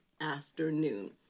afternoon